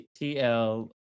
tl